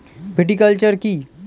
Viticulture কী?